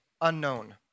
unknown